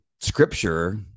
scripture